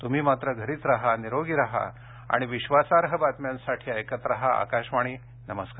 तुम्ही मात्र घरीच राहा निरोगी राहा आणि विश्वासार्ह बातम्यांसाठी ऐकत राहा आकाशवाणी नमस्कार